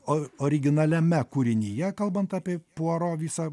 o originaliame kūrinyje kalbant apie poro visą